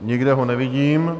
Nikde ho nevidím.